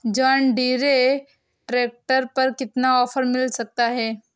John Deere tractor पर कितना offer मिल सकता है?